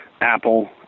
apple